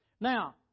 Now